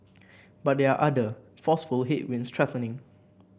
but there are other forceful headwinds threatening